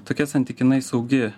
tokia santykinai saugi